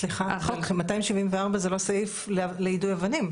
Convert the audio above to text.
סליחה, אבל 274 זה לא סעיף ליידוי אבנים.